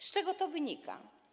Z czego to wynika?